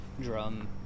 drum